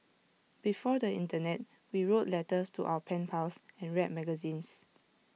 before the Internet we wrote letters to our pen pals and read magazines